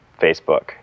Facebook